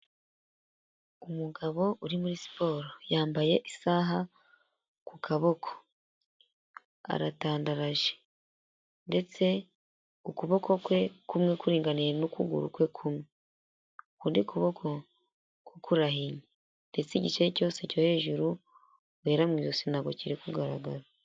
Umugabo uri muri siporo, yambaye isaha ku kaboko, aratandaraje ndetse ukuboko kwe kumwe kuringaniye n'ukuguru kwe kumwe, ukundi kuboko kurahinnye ndetse, igice cyose cyo hejuru guhera mu ijosi ntabwo kiri kugaragara.